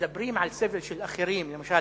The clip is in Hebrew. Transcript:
שכשמדברים על סבל של אחרים, למשל